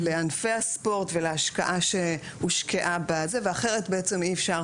לענפי הספורט ולהשקעה שהושקעה בזה ואחרת בעצם אי אפשר